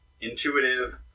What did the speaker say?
intuitive